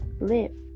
Live